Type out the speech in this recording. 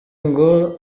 ngo